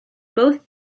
both